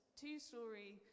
two-story